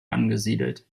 angesiedelt